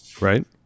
Right